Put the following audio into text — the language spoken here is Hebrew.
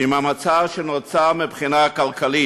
עם המצב שנוצר מבחינה כלכלית.